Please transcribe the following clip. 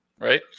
right